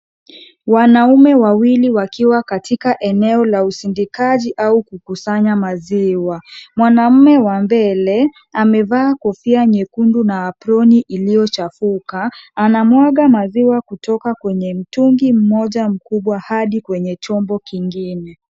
Wanaume wawili wakiwa katika eneo la usindikaji au kukusanya maziwa. Mwanaume wa mbele, amevaa kofia nyekundu na aproni iliyochafuka, anamwaga maziwa kutoka kwenye mtungi mmoja mkubwa hadi kwenye chombo kingine.